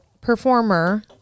performer